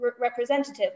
representative